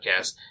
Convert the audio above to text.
podcast